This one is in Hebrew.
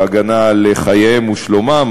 בהגנה על חייהם ושלומם,